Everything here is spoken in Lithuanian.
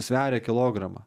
sveria kilogramą